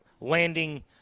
landing